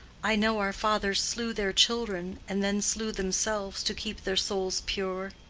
i know our fathers slew their children and then slew themselves, to keep their souls pure.